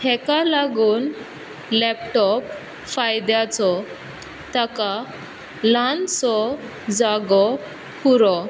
हाका लागून लेपटोप फायद्याचो ताका ल्हानसो जागो पुरो